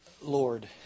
Lord